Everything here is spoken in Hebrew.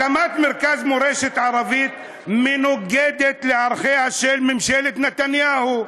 הקמת מרכז מורשת ערבית מנוגדת לערכיה של ממשלת נתניהו.